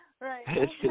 Right